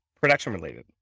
Production-related